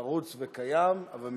חרוץ וקיים, אבל מוותר.